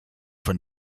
von